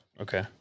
Okay